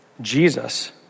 Jesus